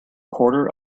quarter